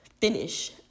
finish